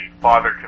father